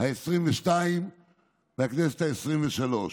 העשרים-ושתיים ובכנסת העשרים-ושלוש.